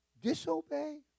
Disobey